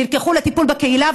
נלקחו לטיפול בקהילה,